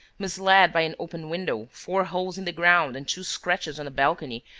misled by an open window, four holes in the ground and two scratches on a balcony,